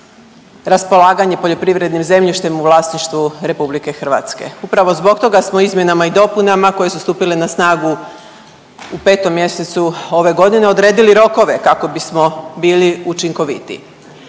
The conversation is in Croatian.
raspolaganje poljoprivrednim zemljištem u vlasništvu RH. Upravo zbog toga smo izmjenama i dopunama koje su stupile na snagu u 5. mjesecu ove godine odredili rokove kako bismo bili učinkovitiji.